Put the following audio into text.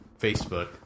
Facebook